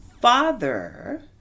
father